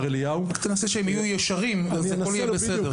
רק תנסה שהם יהיו ישרים והכל יהיה בסדר,